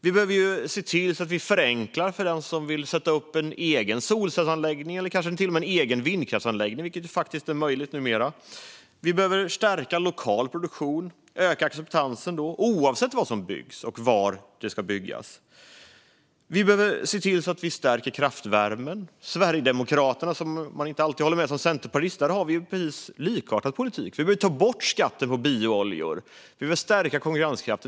Vi behöver förenkla för den som vill sätta upp en egen solcellsanläggning eller kanske till och med en egen vindkraftsanläggning, vilket faktiskt är möjligt numera. Vi behöver stärka lokal produktion och öka acceptansen, oavsett vad som byggs och var det ska byggas. Vi behöver stärka kraftvärmen. Sverigedemokraterna, som man som centerpartist inte alltid håller med, har en likartad politik. Vi behöver ta bort skatten på biooljor och stärka konkurrenskraften.